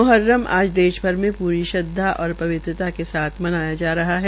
मुहर्रम आज देश भर में प्री श्रदवा और पवित्रता के साथ मनाया जा रहा है